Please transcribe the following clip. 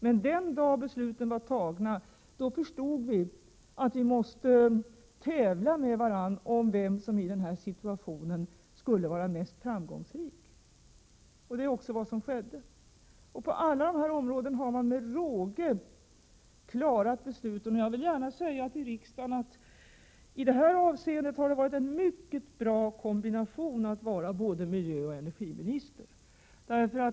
Den dag besluten fattades förstod man att man var tvungen att tävla om vem som i den uppkomna situationen var mest framgångsrik. Det var vad som skedde. På alla områden har man med råge klarat besluten, och jag vill gärna säga till riksdagen att det i detta avseende har varit en mycket bra kombination att vara både energioch miljöminister.